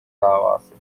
davası